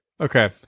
Okay